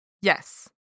Yes